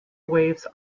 waves